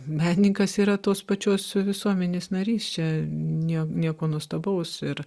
menininkas yra tos pačios visuomenės narys čia nė nieko nuostabaus ir